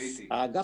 עוד